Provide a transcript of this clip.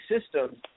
systems